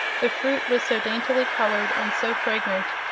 the fruit was so daintily colored and so fragrant,